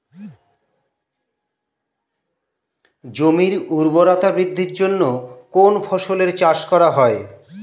জমির উর্বরতা বৃদ্ধির জন্য কোন ফসলের চাষ করা হয়?